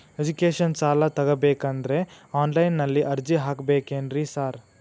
Education ಸಾಲ ತಗಬೇಕಂದ್ರೆ online ನಲ್ಲಿ ಅರ್ಜಿ ಹಾಕ್ಬೇಕೇನ್ರಿ ಸಾರ್?